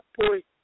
point